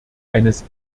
eines